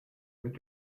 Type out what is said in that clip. mit